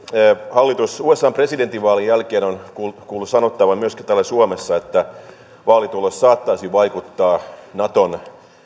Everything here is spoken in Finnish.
hallitus usan presidentinvaalien jälkeen on kuultu sanottavan myöskin täällä suomessa että vaalitulos saattaisi vaikuttaa naton